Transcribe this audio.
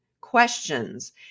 questions